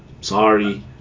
sorry